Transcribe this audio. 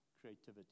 creativity